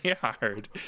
hard